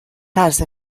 طرز